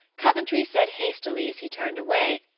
coventry said hastily as he turned away,